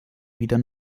wieder